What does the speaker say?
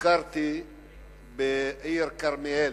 ביקרתי בעיר כרמיאל.